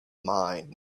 mine